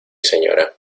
señora